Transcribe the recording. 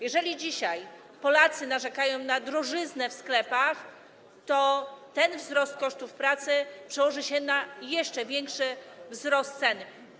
Jeżeli dzisiaj Polacy narzekają na drożyznę w sklepach, to ten wzrost kosztów pracy przełoży się na jeszcze większy wzrost cen.